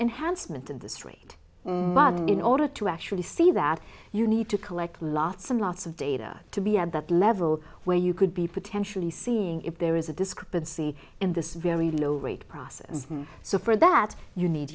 enhancement in the street in order to actually see that you need to collect lots and lots of data to be at that level where you could be potentially seeing if there is a discrepancy in this very low rate process so for that you need